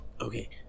Okay